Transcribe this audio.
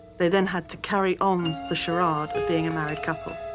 they then had to carry on the charade of being a married couple,